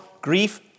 grief